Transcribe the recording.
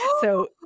So-